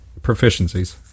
Proficiencies